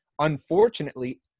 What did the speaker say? Unfortunately